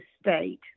state